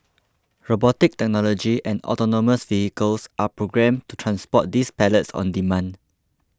robotic technology and autonomous vehicles are programmed to transport these pallets on demand